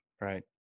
right